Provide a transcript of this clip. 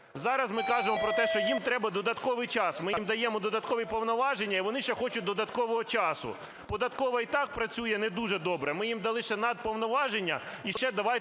Зараз ми кажемо про те, що їм треба додатковий час. Ми їм даємо додаткові повноваження і вони ще хочуть додаткового часу. Податкова і так працює не дуже добре, ми їм дали ще надповноваження, і ще давайте